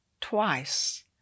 twice